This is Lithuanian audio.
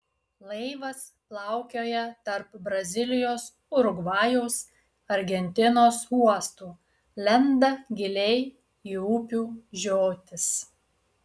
laivas plaukioja tarp brazilijos urugvajaus argentinos uostų lenda giliai į upių žiotis